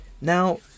Now